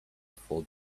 before